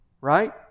right